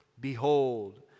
behold